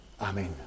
Amen